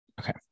Okay